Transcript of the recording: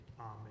amen